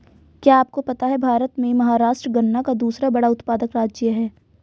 क्या आपको पता है भारत में महाराष्ट्र गन्ना का दूसरा बड़ा उत्पादक राज्य है?